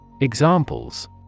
Examples